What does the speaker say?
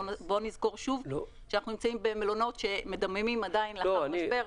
בוא נזכור שאנחנו נמצאים במלונות שמדממים עדיין לאחר משבר.